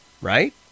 right